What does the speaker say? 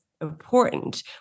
important